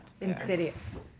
insidious